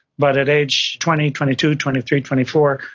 but at age twenty, twenty two, twenty three, twenty four,